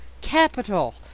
Capital